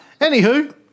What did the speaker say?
Anywho